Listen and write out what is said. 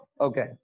okay